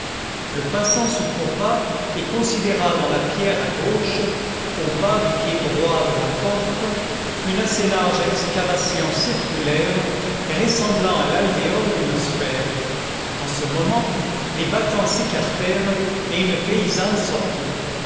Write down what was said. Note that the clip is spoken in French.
le passant se courba et considéra dans la pierre à gauche au bas du pied droit de la porte une assez large excavation circulaire ressemblant à l'alvéole d'une sphère en ce moment les battants s'écartèrent et une paysanne sortit